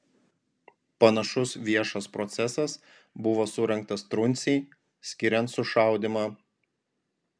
panašus viešas procesas buvo surengtas truncei skiriant sušaudymą